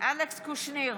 אלכס קושניר,